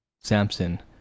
Samson